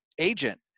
agent